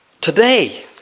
today